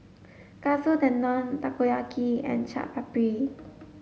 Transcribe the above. Katsu Tendon Takoyaki and Chaat Papri